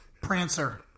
prancer